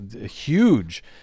huge